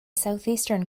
southeastern